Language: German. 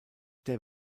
der